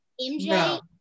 MJ